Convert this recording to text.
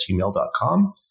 gmail.com